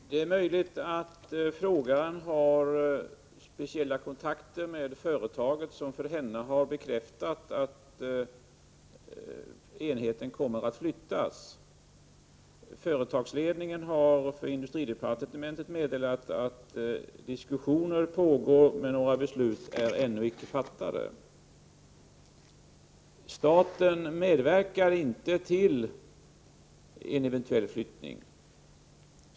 Herr talman! Det är möjligt att frågeställaren har speciella kontakter med företaget, som för henne har bekräftat att enheten kommer att flyttas. Företagsledningen har för industridepartementet meddelat att diskussioner pågår men att något beslut ännu inte är fattat. Staten medverkar inte till en eventuell flyttning.